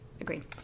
Agreed